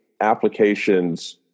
applications